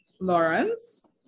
Lawrence